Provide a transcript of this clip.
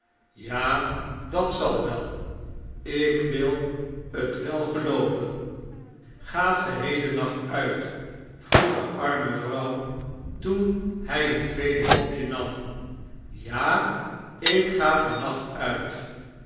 ja dat zal wel ik wil het wel gelooven a gaat ge hedennacht uit vroeg de arme vrouw toen hn een tweede kopje nam ja ik ga van nacht uit